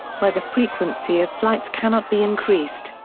where the frequency of flights cannot be increased,